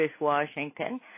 Washington